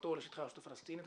מיוזמתו לשטחי הרשות הפלסטינית.